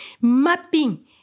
mapping